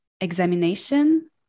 examination